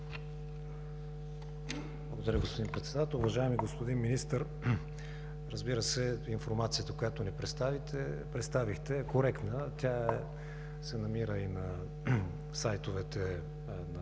Благодаря Ви, господин Председател. Уважаеми господин Министър, разбира се, информацията, която ни представихте, е коректна. Тя се намира и на сайтовете на